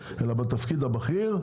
אלא בתפקיד הבכיר,